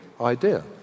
idea